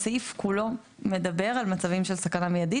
הסעיף כולו מדבר על מצבי ם של סכנה מיידית